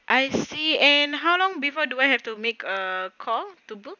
I see and how long before do I have to make a call to book